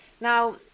now